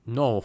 no